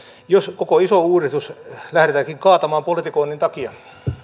jos koko isoa uudistusta lähdetäänkin kaatamaan politikoinnin takia